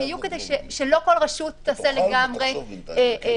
שיהיו כדי שלא כל רשות תעשה לגמרי כרצונה,